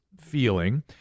feeling